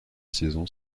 saison